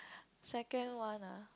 second one ah